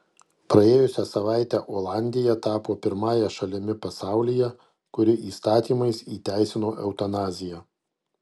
praėjusią savaitę olandija tapo pirmąja šalimi pasaulyje kuri įstatymais įteisino eutanaziją